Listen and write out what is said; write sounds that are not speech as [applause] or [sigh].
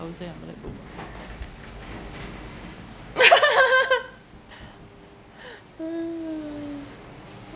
I would say I'm a late bloomer [laughs]